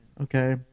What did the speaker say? Okay